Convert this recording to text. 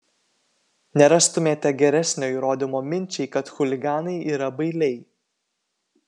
nerastumėte geresnio įrodymo minčiai kad chuliganai yra bailiai